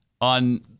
on